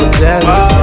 jealous